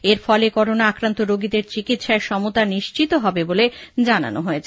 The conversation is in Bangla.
এর ফলে করোনা আক্রান্ত রোগীদের চিকিৎসায় সমতা নিশ্চিত হবে বলে জানানো হয়েছে